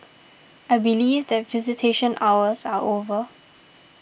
I believe that visitation hours are over